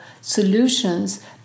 solutions